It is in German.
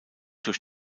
durch